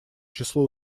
число